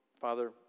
Father